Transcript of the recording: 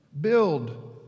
Build